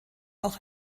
auch